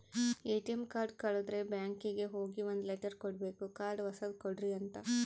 ATM card ಕಳುದ್ರೆ ಬ್ಯಾಂಕಿಗೆ ಹೋಗಿ ಒಂದ್ ಲೆಟರ್ ಕೊಡ್ಬೇಕು ಕಾರ್ಡ್ ಹೊಸದ ಕೊಡ್ರಿ ಅಂತ